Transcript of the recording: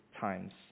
times